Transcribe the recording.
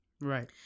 right